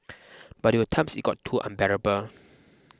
but there were times it got too unbearable